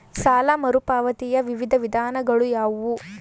ಸಾಲ ಮರುಪಾವತಿಯ ವಿವಿಧ ವಿಧಾನಗಳು ಯಾವುವು?